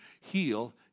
heal